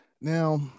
Now